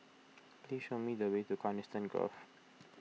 please show me the way to Coniston Grove